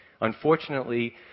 Unfortunately